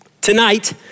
tonight